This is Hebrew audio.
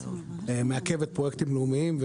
מעכבת פרויקטים לאומיים,